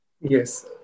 Yes